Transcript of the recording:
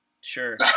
sure